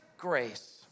grace